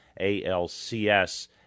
alcs